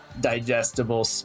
digestible